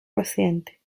reciente